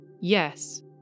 yes